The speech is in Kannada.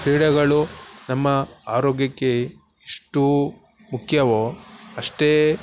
ಕ್ರೀಡೆಗಳು ನಮ್ಮ ಆರೋಗ್ಯಕ್ಕೆ ಎಷ್ಟು ಮುಖ್ಯವೋ ಅಷ್ಟೇ